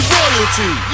royalty